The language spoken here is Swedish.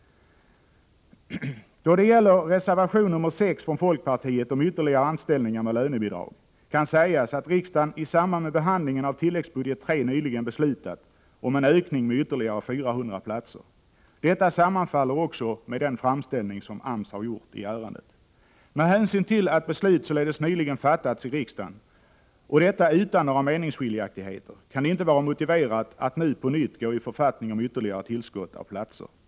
Då det gäller reservation 6 från folkpartiet om ytterligare anställningar med lönebidrag kan sägas att riksdagen i samband med behandlingen av tilläggsbudget 3 nyligen beslutat om en ökning med ytterligare 400 platser. Detta beslut sammanfaller med den framställning som AMS har gjort i ärendet. Med hänsyn till att beslut således nyligen fattats i riksdagen, och detta utan några meningsskiljaktigheter, kan det inte vara motiverat att nu på nytt gå i författning om ytterligare tillskott av platser.